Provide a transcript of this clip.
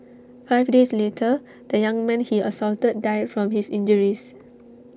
five days later the young man he assaulted died from his injuries